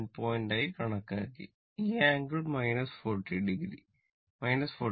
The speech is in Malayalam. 1 ആയി കണക്കാക്കി ഈ ആംഗിൾ 45o